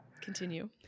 continue